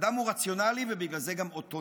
האדם הוא רציונלי ובגלל זה גם אוטונומי.